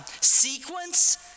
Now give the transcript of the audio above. sequence